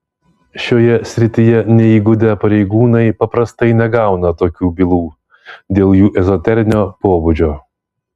šioje srityje neįgudę pareigūnai paprastai negauna tokių bylų dėl jų ezoterinio pobūdžio